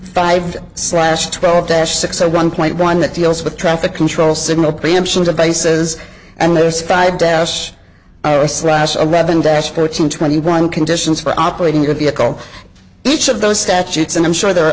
five slash twelve dash six or one point one that deals with traffic control signal preemptions of faces and there's five dash dash of heaven dash fourteen twenty one conditions for operating your vehicle each of those statutes and i'm sure there are